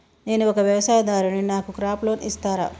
నేను ఒక వ్యవసాయదారుడిని నాకు క్రాప్ లోన్ ఇస్తారా?